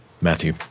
matthew